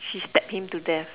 she stabbed him to death